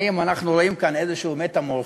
האם אנחנו רואים כאן איזו מטמורפוזה?